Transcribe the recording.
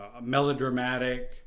melodramatic